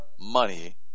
money